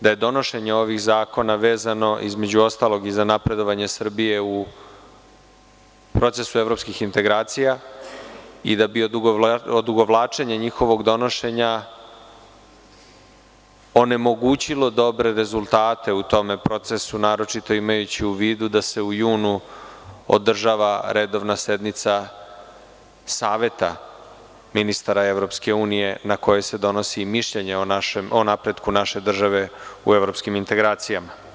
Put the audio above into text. da je donošenje ovih zakona vezano, između ostalog, i za napredovanje Srbije u procesu evropskih integracija i da bi odugovlačenje njihovog donošenja onemogućilo dobre rezultate u tom procesu, naročito imajući u vidu da se u junu održava redovna sednica Saveta ministara EU, na kojoj se donosi mišljenje o napretku naše države u evropskim integracijama.